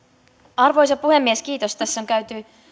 arvoisa puhemies kiitos tässä on